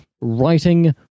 writing